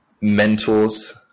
Mentors